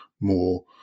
more